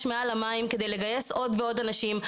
מעל המים כדי לגייס עוד ועוד אנשים.